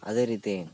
ಅದೇ ರೀತಿ